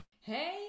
hey